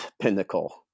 pinnacle